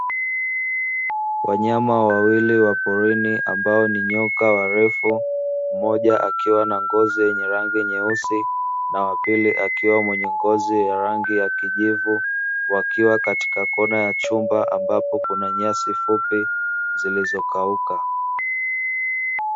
Wanyama wawili wa porini ambao ni nyoka warefu, mmoja akiwa na ngozi yenye rangi nyeusi, na wa pili akiwa mwenye ngozi ya rangi ya kijivu, wakiwa katika kona ya chumba ambapo kuna nyasi fupi zilizokauka.